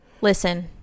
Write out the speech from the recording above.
listen